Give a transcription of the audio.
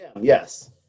Yes